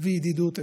וידידות אמת.